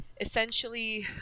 essentially